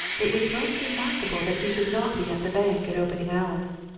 it was most remarkable that he should not be at the bank at opening hours.